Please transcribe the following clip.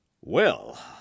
Well